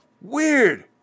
Weird